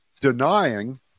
denying